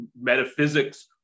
metaphysics